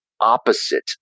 opposite